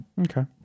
okay